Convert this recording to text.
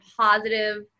positive